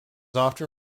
often